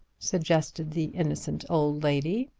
suggested the innocent old lady.